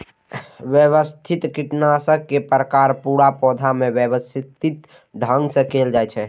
व्यवस्थित कीटनाशक के प्रसार पूरा पौधा मे व्यवस्थित ढंग सं कैल जाइ छै